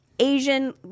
Asian